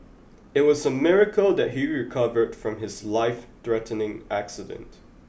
it was a miracle that he recovered from his lifethreatening accident